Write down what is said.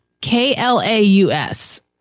k-l-a-u-s